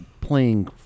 playing